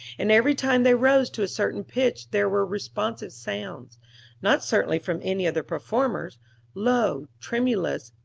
and every time they rose to a certain pitch there were responsive sounds not certainly from any of the performers low, tremulous,